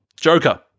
Joker